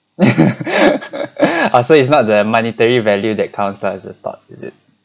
ah so it's not the monetary value that counts lah is the thought is it